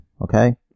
okay